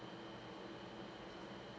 mm